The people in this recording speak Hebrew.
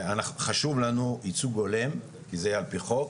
חשוב לנו ייצוג הולם, זה על פי חוק,